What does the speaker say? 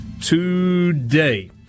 today